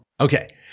Okay